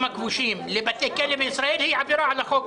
הכבושים לבתי כלא בישראל היא עבירה על החוק